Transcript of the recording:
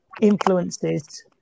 influences